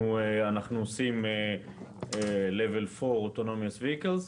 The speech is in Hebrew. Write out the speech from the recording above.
אנחנו עושים רמה 4 של רכבים אוטונומיים.